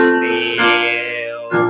feel